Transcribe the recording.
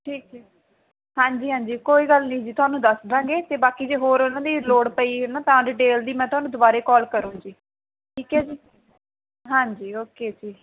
ਠੀਕ ਹੈ ਹਾਂਜੀ ਹਾਂਜੀ ਕੋਈ ਗੱਲ ਨਹੀਂ ਜੀ ਤੁਹਾਨੂੰ ਦੱਸ ਦੇਵਾਂਗੇ ਅਤੇ ਬਾਕੀ ਜੇ ਹੋਰ ਉਹਨਾਂ ਦੀ ਲੋੜ ਪਈ ਹੈ ਨਾ ਤਾਂ ਡਿਟੇਲ ਦੀ ਮੈਂ ਤੁਹਾਨੂੰ ਦੁਬਾਰਾ ਕਾਲ ਕਰੂੰ ਜੀ ਠੀਕ ਹੈ ਜੀ ਹਾਂਜੀ ਓਕੇ ਜੀ